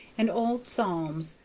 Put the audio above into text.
and old psalms,